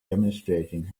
demonstrating